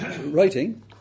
writing